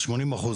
80%,